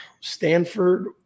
Stanford